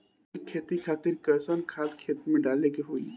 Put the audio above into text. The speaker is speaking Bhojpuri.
जैविक खेती खातिर कैसन खाद खेत मे डाले के होई?